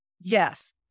Yes